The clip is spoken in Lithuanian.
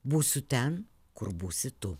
būsiu ten kur būsi tu